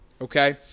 Okay